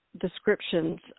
descriptions